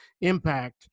impact